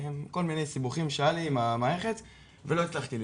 כל מיני סיבוכים שהיו לי עם המערכת ולא הצלחתי ללמוד.